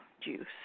juice